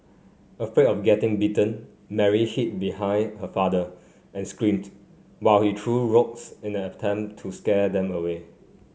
afraid of getting bitten Mary hid behind her father and screamed while he threw rocks in an attempt to scare them away